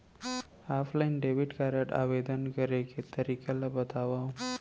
Offline debit card आवेदन करे के तरीका ल बतावव?